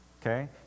okay